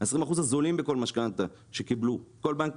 כל בנק,